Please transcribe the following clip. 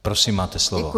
Prosím, máte slovo.